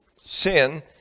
Sin